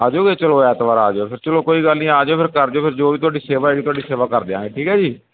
ਆਜੋਗੇ ਚਲੋ ਐਤਵਾਰ ਆ ਜਿਓ ਫਿਰ ਚਲੋ ਕੋਈ ਗੱਲ ਨਹੀਂ ਆ ਜਿਓ ਫਿਰ ਕਰ ਜਿਓ ਫਿਰ ਜੋ ਵੀ ਤੁਹਾਡੀ ਸੇਵਾ ਹੈਗੀ ਤੁਹਾਡੀ ਸੇਵਾ ਕਰ ਦਿਆਂਗੇ ਠੀਕ ਹੈ ਜੀ